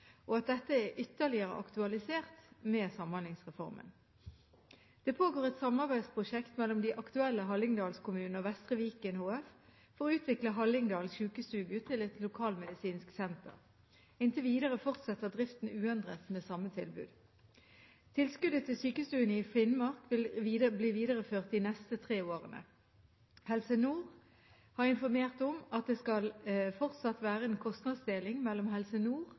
og at dette er ytterligere aktualisert med Samhandlingsreformen. Det pågår et samarbeidsprosjekt mellom de aktuelle Hallingdal-kommunene og Vestre Viken HF for å utvikle Hallingdal Sjukestugu til et lokalmedisinsk senter. Inntil videre fortsetter driften uendret med samme tilbud. Tilskuddet til sykestuene i Finnmark vil bli videreført de neste tre årene. Helse Nord har informert om at det fortsatt skal være en kostnadsdeling mellom Helse Nord